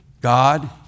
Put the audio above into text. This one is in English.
God